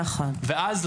ואז,